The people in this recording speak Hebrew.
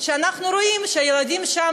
ואנחנו רואים שהילדים שם,